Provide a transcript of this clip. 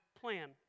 plan